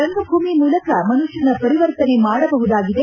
ರಂಗಭೂಮಿ ಮೂಲಕ ಮನುಷ್ಯನ ಪರಿವರ್ತನೆ ಮಾಡಬಹುದಾಗಿದೆ